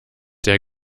der